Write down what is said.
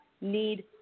need